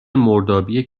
مردابی